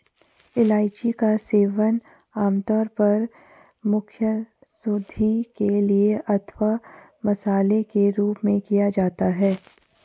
इलायची का सेवन आमतौर पर मुखशुद्धि के लिए अथवा मसाले के रूप में किया जाता है